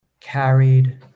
Carried